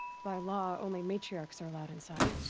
by law, only matriarchs are allowed inside.